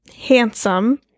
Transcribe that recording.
handsome